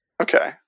Okay